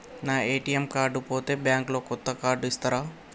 నా ATM card పోతే bank లో కొత్త కార్డు ఇస్తరా?